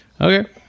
Okay